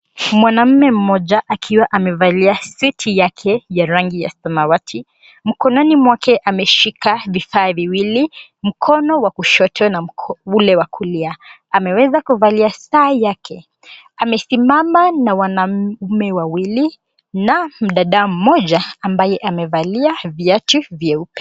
Mwanamme mmoja akiwa amevalia suti yake ya rangi ya samawati. Mkononi mwake ameshika vifaa viwili mkono wa kushoto na ule wa kulia. Ameweza kuvalia saa yake. Amesimama na wanaume wawili na mdada mmoja ambaye amevalia viatu vyeupe.